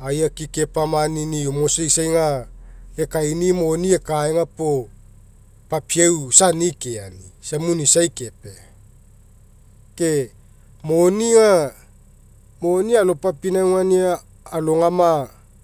ai aki'i kepamanini'i ekaini'i ekaega puo papiau isa ani'i keani isa muni'isai kepea ke moni aga moni alopapinauga alogama